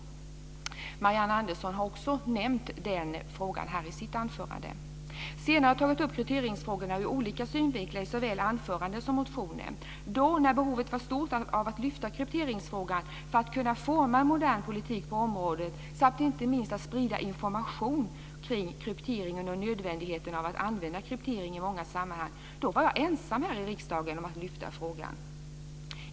Marianne Andersson har också nämnt den frågan här i sitt anförande. Senare har jag tagit upp krypteringsfrågorna ur olika synvinklar i såväl anföranden som motioner. När behovet var stort av att lyfta krypteringsfrågan för att kunna forma en modern politik på området, samt inte minst för att sprida information kring krypteringen och nödvändigheten av att använda kryptering i många sammanhang, var jag ensam här i riksdagen om att lyfta fram frågan.